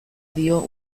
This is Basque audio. dio